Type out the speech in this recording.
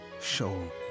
show